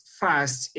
fast